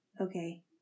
Okay